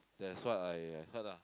that's what I heard lah